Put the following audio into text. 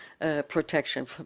protection